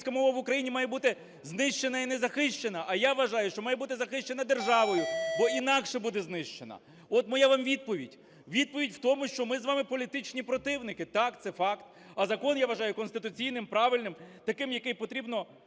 мова в Україні має бути знищена і незахищена, а я вважаю, що має бути захищена державою, бо інакше буде знищена. От моя вам відповідь. Відповідь в тому, що ми з вами політичні противники. Так, це факт, а закон я вважаю конституційним, правильним, таким, який потрібно